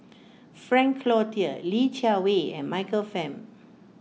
Frank Cloutier Li Jiawei and Michael Fam